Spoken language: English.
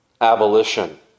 abolition